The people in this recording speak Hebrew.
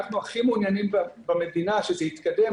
אנחנו הכי מעוניינים במדינה שזה יתקדם